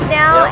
now